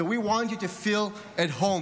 so we want you to feel at home.